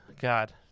God